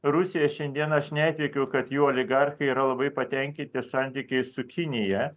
rusija šiandien aš netikiu kad jų oligarchai yra labai patenkinti santykiais su kinija